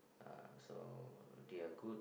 ah so they are good